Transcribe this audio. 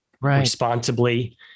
responsibly